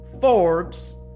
Forbes